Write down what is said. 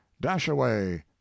dashaway